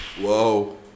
Whoa